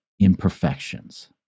imperfections